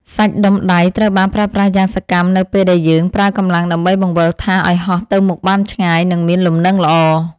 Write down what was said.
សាច់ដុំដៃត្រូវបានប្រើប្រាស់យ៉ាងសកម្មនៅពេលដែលយើងប្រើកម្លាំងដើម្បីបង្វិលថាសឱ្យហោះទៅមុខបានឆ្ងាយ និងមានលំនឹងល្អ។